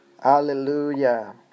Hallelujah